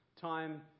time